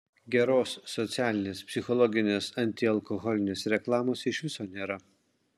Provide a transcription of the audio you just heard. geros socialinės psichologinės antialkoholinės reklamos iš viso nėra